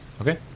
Okay